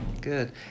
Good